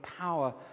power